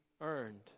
earned